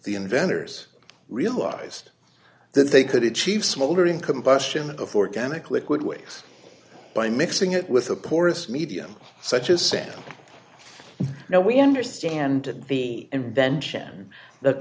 the inventors realized that they could in chief smoldering combustion of organic liquid ways by mixing it with a porous medium such as sand now we understand the invention th